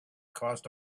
caused